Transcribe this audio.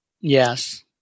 Yes